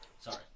Sorry